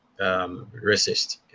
racist